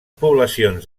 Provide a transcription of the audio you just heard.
poblacions